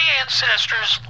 ancestors